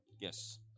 Yes